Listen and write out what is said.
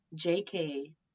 JK